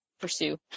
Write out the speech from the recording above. pursue